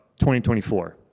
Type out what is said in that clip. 2024